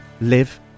live